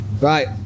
Right